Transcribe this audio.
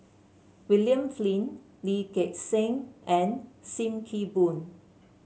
William Flint Lee Gek Seng and Sim Kee Boon